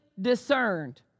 discerned